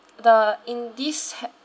the in this ha~